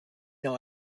know